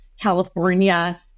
California